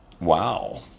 wow